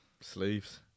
sleeves